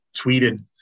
tweeted